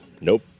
Nope